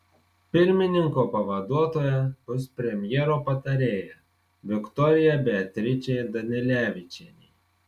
pirmininko pavaduotoja bus premjero patarėja viktorija beatričė danilevičienė